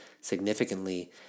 significantly